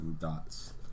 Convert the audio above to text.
dots